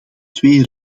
twee